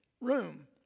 room